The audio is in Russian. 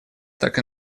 так